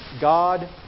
God